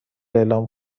اعلام